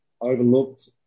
overlooked